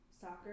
soccer